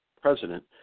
President